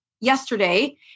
yesterday